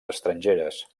estrangeres